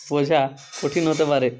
বোঝা কঠিন হতে পারে